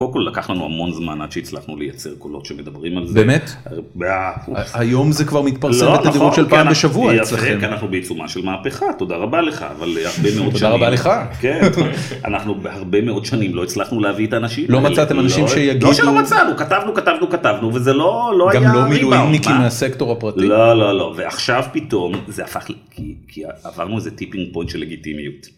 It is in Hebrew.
קודם כל לקח לנו המון זמן עד שהצלחנו לייצר קולות שמדברים על זה, באמת? היום זה כבר מתפרסם בתדירות של פעם בשבוע אצלכם, כן אנחנו בעיצומה של מהפכה תודה רבה לך, אבל הרבה מאוד שנים, תודה רבה לך, אנחנו הרבה מאוד שנים לא הצלחנו להביא את האנשים, לא מצאתם אנשים שיגידו, לא שלא מצאנו כתבנו כתבנו כתבנו וזה לא, לא היה ריבאונד, גם לא מילואימניקים מהסקטור הפרטי, לא לא לא ועכשיו פתאום זה הפך, כי כי עברנו איזה טיפינג פוינט של לגיטימיות.